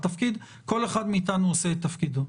כל אחד מאיתנו עושה את תפקידו,